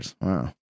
Wow